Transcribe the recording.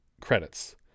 credits